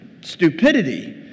stupidity